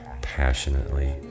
passionately